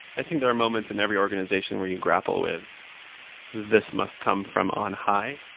i think there are moments in every organization where you grapple with this must come from on high.